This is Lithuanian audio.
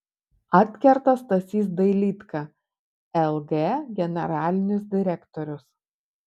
atkerta stasys dailydka lg generalinis direktorius